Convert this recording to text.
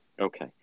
Okay